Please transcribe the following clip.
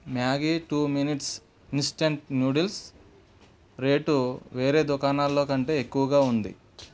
Maggi two minutes instant noodles rate వేరే దుకాణాల్లో కంటే ఎక్కువగా ఉంది